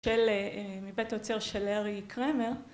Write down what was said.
מבית היוצר של לארי קרמר